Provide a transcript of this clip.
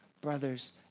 brothers